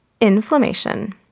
inflammation